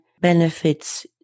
benefits